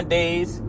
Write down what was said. days